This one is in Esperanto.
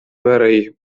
veraj